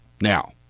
Now